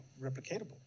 replicatable